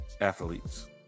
athletes